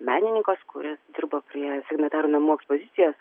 menininkas kuris dirbo prie signatarų namų ekspozicijos